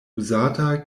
uzata